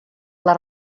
les